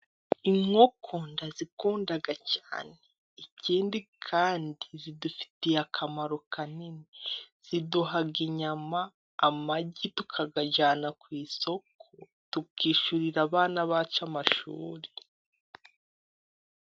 Inkoko ndazikunda cyane. Ikindi kandi zidufitiye akamaro kanini. Ziduha inyama, amagi tukayajyana ku isoko, tukishyurira abana bacu amashuri.